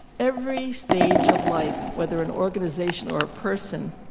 every stage of life, whether an organization or a person,